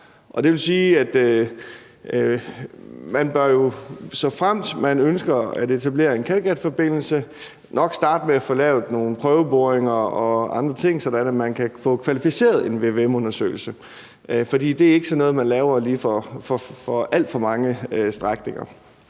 det vil sige, at såfremt man ønsker at etablere en Kattegatforbindelse, bør man jo nok starte med at få lavet nogle prøveboringer og andre ting, sådan at man kan få kvalificeret en vvm-undersøgelse, for det er ikke sådan noget, man lige laver for alt for mange strækninger.